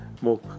more